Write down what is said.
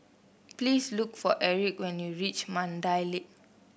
please look for Erick when you reach Mandai Lake